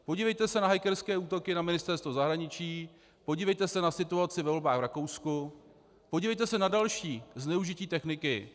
Podívejte se na hackerské útoky na Ministerstvo zahraničí, podívejte se na situaci ve volbách v Rakousku, podívejte se na další zneužití techniky.